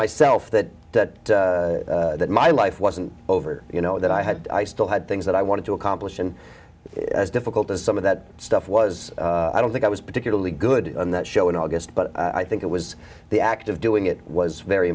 myself that that that my life wasn't over you know that i had i still had things that i wanted to accomplish and as difficult as some of that stuff was i don't think i was particularly good on that show in august but i think it was the act of doing it was very